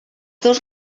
dos